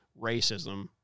racism